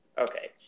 Okay